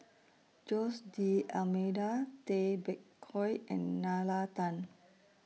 Jose D'almeida Tay Bak Koi and Nalla Tan